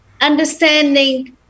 understanding